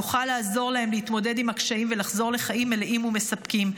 נוכל לעזור להם להתמודד עם הקשיים ולחזור לחיים מלאים ומספקים.